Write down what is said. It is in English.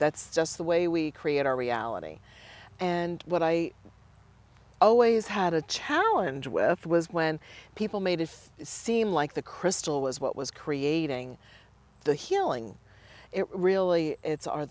that's just the way we create our reality and what i always had a challenge with was when people made it seem like the crystal was what was creating the healing it really it's our